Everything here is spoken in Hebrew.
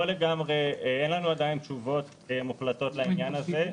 אין לנו עדיין תשובות מוחלטות לעניין הזה.